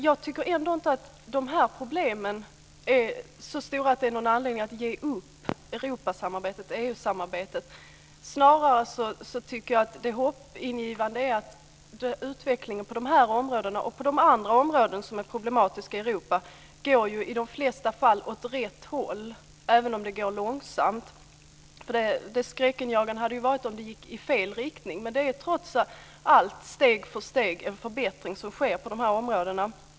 Jag tycker ändå inte att de här problemen är så stora att det finns någon anledning att ge upp EU samarbetet. Snarare tycker jag att det är hoppingivande att utvecklingen på de här områdena och på de andra områden som är problematiska i Europa i de flesta fall går åt rätt håll, även om det går långsamt. Det hade ju varit skräckinjagande om det hade gått i fel riktning, men det sker trots allt steg för steg en förbättring på dessa områden.